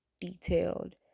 detailed